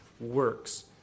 works